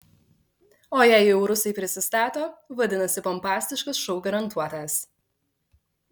o jei jau rusai prisistato vadinasi pompastiškas šou garantuotas